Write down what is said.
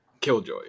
Killjoy